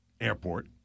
airport